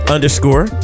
Underscore